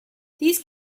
these